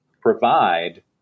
provide